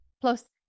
Plus